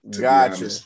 Gotcha